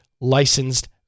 licensed